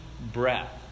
Breath